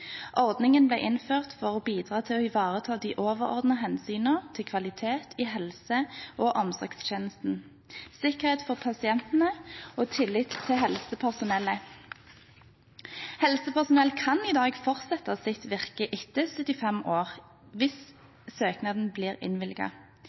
Ordningen ble innført for å bidra til å ivareta de overordnede hensynene til kvalitet i helse- og omsorgstjenesten, sikkerhet for pasientene og tillit til helsepersonellet. Helsepersonell kan i dag fortsette sitt virke etter fylte 75 år hvis søknaden blir